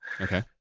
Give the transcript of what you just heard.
Okay